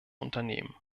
unternehmen